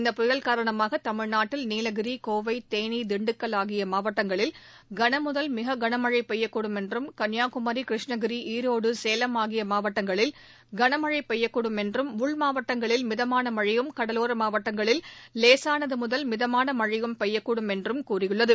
இந்த புயல் காரணமாக தமிழ்நாட்டில் நீலகிரி கோவை தேனி தின்டுக்கல் ஆகிய மாவட்டங்களில் கனமுதல் மிக களமழை பெய்யக்கூடும் என்றும் கன்னியாகுமி கிருஷ்ணகிபி ஈரோடு சேலம் ஆகிய மாவட்டங்களில் களமழை பெய்யக்கூடும் என்றும் உள்மாவட்டங்களில் மிதமானமனழயும் கடலோர மாவட்டங்களில் லேசானது முதல் மிதமான மழழ பெய்யக்கூடும் என்றுகூறியுள்ளது